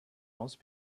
once